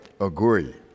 agree